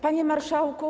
Panie Marszałku!